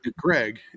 Greg